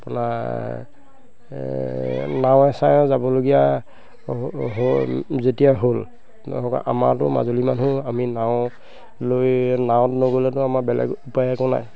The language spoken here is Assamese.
আপোনাৰ নাও চাৱে যাবলগীয়া যেতিয়া হ'ল আমাৰতো মাজুলী মানুহ আমি নাও লৈ নাওত নগ'লেতো আমাৰ বেলেগ উপায় একো নাই